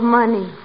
money